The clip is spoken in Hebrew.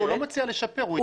הוא לא מציע לשפר.